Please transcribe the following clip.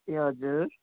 ए हजुर